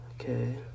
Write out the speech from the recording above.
Okay